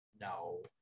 No